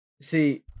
see